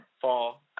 fall